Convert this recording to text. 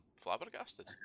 flabbergasted